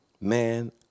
man